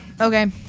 Okay